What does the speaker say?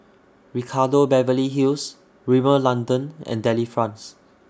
Ricardo Beverly Hills Rimmel London and Delifrance